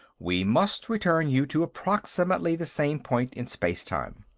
we must return you to approximately the same point in space-time.